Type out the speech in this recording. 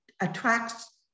attracts